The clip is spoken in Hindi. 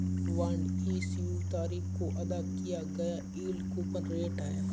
बॉन्ड इश्यू तारीख को अदा किया गया यील्ड कूपन रेट है